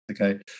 okay